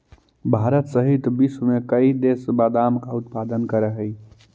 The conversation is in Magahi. भारत सहित विश्व के कई देश बादाम का उत्पादन करअ हई